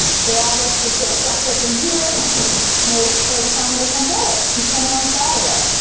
so all this just gets stacked up in here and waits for the farmer to come get it. he's coming on saturday.